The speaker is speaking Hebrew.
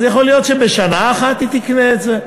אז יכול להיות שבשנה אחת היא תקנה את זה.